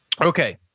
Okay